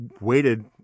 waited